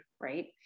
right